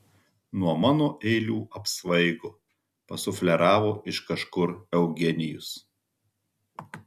nuo mano eilių apsvaigo pasufleravo iš kažkur eugenijus